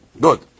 Good